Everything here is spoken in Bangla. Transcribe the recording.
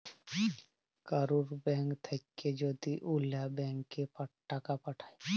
কারুর ব্যাঙ্ক থাক্যে যদি ওল্য ব্যাংকে টাকা পাঠায়